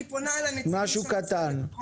אני פונה לנציגים של ביטחון פנים.